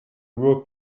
nur